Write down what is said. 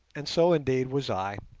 and so indeed was i.